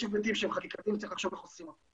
יש היבטים שהם חקיקתיים וצריך לחשוב איך עושים אותם.